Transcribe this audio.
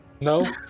No